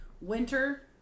winter